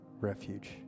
refuge